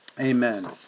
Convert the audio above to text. amen